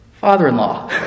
father-in-law